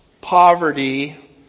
poverty